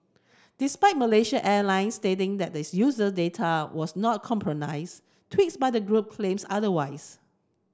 despite Malaysia Airlines stating that its users data was not compromised tweets by the group claims otherwise